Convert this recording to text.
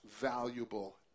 valuable